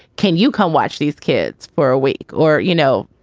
can you come watch these kids for a week or, you know.